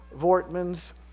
Vortman's